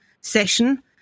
session